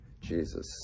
Jesus